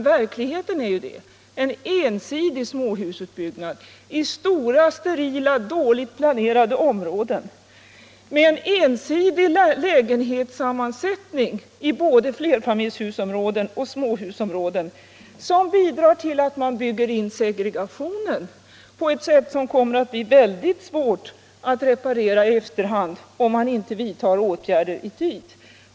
Verkligheten är ju sådan: en ensidig småhusutbyggnad i stora, sterila och dåligt planerade områden, en ensidig lägenhetssammansättning i både flerfamiljshusområden och småhusområden. Det bidrar till att man bygger in segregationen på ett sätt som blir mycket svårt att reparera i efterhand, om man inte vidtar åtgärder i tid.